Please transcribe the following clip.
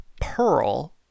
Pearl